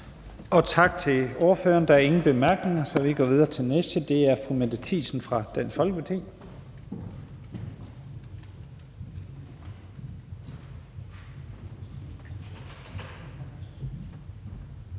Tak til ordføreren. Der er ingen korte bemærkninger, så vi går videre til næste ordfører, fru Mette Thiesen fra Dansk Folkeparti.